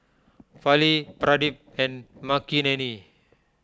Fali Pradip and Makineni